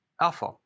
alpha